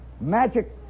magic